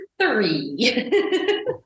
three